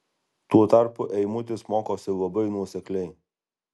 tuo tarpu eimutis mokosi labai nuosekliai